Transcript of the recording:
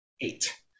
eight